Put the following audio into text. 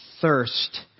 thirst